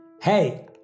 Hey